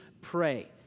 pray